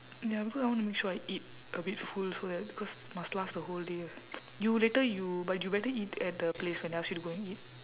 ya because I wanna make sure I eat a bit full so that because must last the whole day you later you but you better eat at the place when they ask you to go and eat